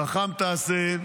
חכם תעשה,